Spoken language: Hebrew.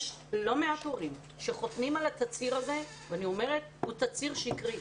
יש לא מעט הורים שחותמים על התצהיר הזה ואני אומרת שהוא תצהיר שקרי.